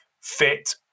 fit